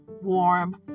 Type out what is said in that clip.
warm